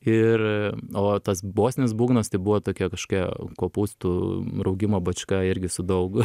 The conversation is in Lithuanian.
ir o tas bosinis būgnas tai buvo tokia kažkokia kopūstų raugimo bačka irgi su daug